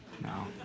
No